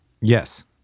Yes